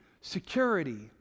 security